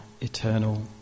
eternal